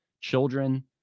children